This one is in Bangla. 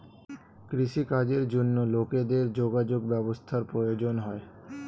কৃষি কাজের জন্য লোকেদের যোগাযোগ ব্যবস্থার প্রয়োজন হয়